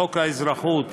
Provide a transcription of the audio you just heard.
לחוק האזרחות